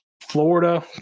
florida